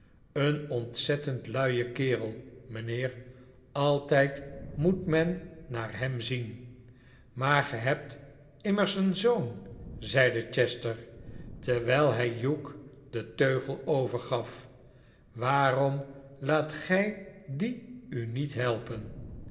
een ontzettend luie kerel rnijnheer altijd moet men naar hem zien maar gij hebt immers een zoon zeide chester terwijl hij hugh den teugel overgaf waarom laat gij dien u niet helpen